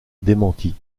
démentie